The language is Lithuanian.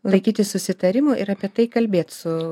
laikytis susitarimų yra tai kalbėt su